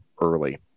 early